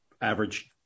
average